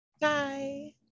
Bye